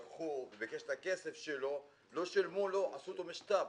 ביקשו את הכסף שלו ולא שילם עשו אותו משת"פ.